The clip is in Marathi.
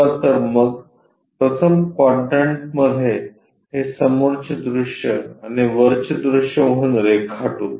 चला तर मग प्रथम क्वाड्रंटमध्ये हे समोरचे दृश्य आणि वरचे दृश्य म्हणून रेखाटू